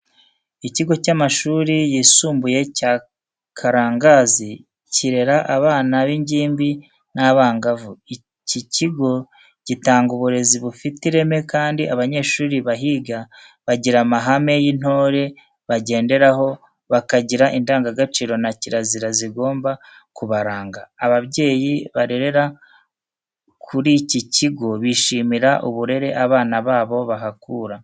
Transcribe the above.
Ikigo cy'amashuri yisumbuye cya Karangazi kirera abana b'ingimbi n'abangavu. Iki kigo gitanga uburezi bufite ireme, kandi abanyeshuri bahiga bagira amahame y'intore bagenderaho, bakagira indangagaciro na kirazira zigomba kubaranga. Ababyeyi barerera kuri iki kigo bishimira uburere abana babo bahakura.